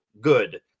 good